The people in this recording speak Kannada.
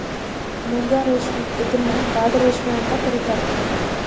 ಮೂಗಾ ರೇಶ್ಮೆ ಇದನ್ನ ಕಾಡು ರೇಶ್ಮೆ ಅಂತ ಕರಿತಾರಾ